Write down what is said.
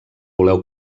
voleu